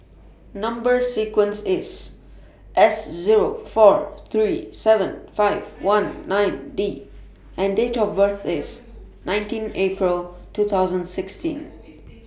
Number sequence IS S Zero four three seven five one nine D and Date of birth IS nineteen April two thousand sixteen